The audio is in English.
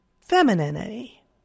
femininity